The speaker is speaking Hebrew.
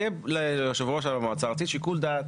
יהיה ליושב ראש המועצה הארצית שיקול דעת,